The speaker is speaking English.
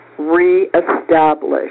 reestablish